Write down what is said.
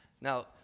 Now